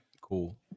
cool